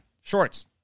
Shorts